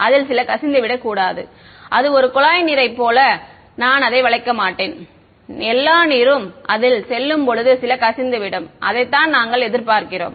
அதில் சில கசிந்துவிடக்கூடாது அது ஒரு குழாய் நீரைப் போல நான் அதை வளைக்க மாட்டேன் எல்லா நீரும் அதில் செல்லும்போது சில கசிந்துவிடும் அதைத்தான் நாங்கள் எதிர்பார்க்கிறோம்